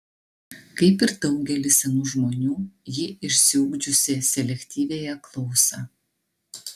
kaip ir daugelis senų žmonių ji išsiugdžiusi selektyviąją klausą